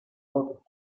otros